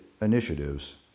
initiatives